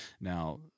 Now